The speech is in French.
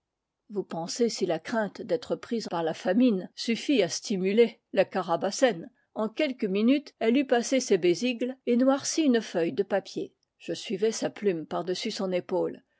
vous pensez si la crainte d'être prise par la famine suffit à stimuler la carabassen en quelques minutes elle eut passé ses besicles et noirci une feuille de papier je suivais sa plume par-dessus son épaule